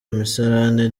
imisarane